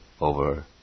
over